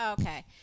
Okay